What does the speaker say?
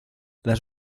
las